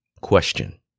Question